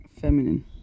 Feminine